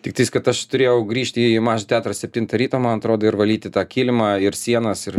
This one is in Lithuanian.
tiktais kad aš turėjau grįžti į mažą teatrą septintą ryto man atrodo ir valyti tą kilimą ir sienas ir